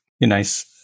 nice